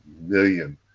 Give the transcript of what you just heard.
million